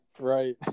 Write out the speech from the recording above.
right